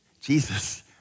Jesus